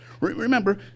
Remember